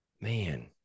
man